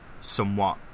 somewhat